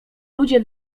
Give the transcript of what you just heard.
ludzie